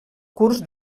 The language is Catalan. curs